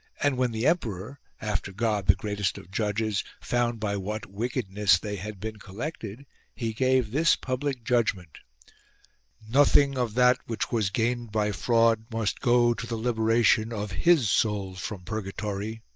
and when the emperor, after god the greatest of judges, found by what wickedness they had been collected he gave this public judgment nothing of that which was gained by fraud must go to the liberation of his soul from purgatory.